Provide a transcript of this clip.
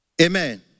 Amen